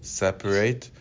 separate